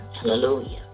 hallelujah